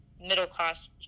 middle-class